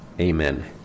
Amen